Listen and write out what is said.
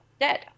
dead